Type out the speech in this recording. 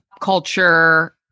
culture